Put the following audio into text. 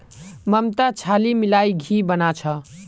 ममता छाली मिलइ घी बना छ